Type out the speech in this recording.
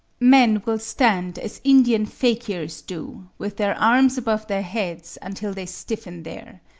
men will stand as indian fakirs do, with their arms above their heads until they stiffen there.